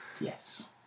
Yes